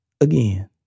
again